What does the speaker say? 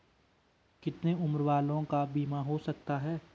कितने उम्र वालों का बीमा हो सकता है?